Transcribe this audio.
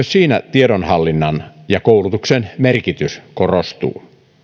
siinä tiedonhallinnan ja koulutuksen merkitys korostuu